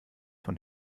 von